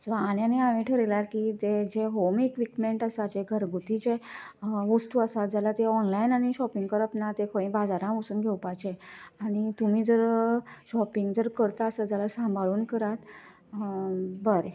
so आनी आनी हांवें थारायला की जे होम इक्विपमेंट आसा जे घरगूती जे वस्तू आसा जाल्यार ते ऑनलायन आनी श्योपींग करप ना ते खंय बाजारा वचून घेवपाचे आनी तुमी जर श्योपींग जर करता आसत जाल्यार सांबाळून करात बरें